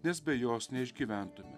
nes be jos neišgyventume